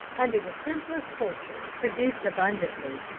under the simplest culture produced abundantly,